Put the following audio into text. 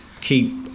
keep